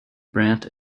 brandt